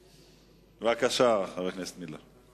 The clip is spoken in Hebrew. בבקשה, חבר הכנסת מילר.